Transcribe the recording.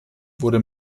wurde